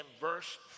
verse